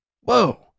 Whoa